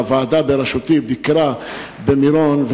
הוועדה בראשותי ביקרה במירון,